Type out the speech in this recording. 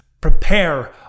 Prepare